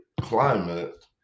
climate